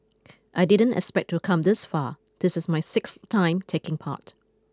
I didn't expect to come this far this is my sixth time taking part